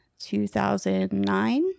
2009